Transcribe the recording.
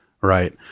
right